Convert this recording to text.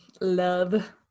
love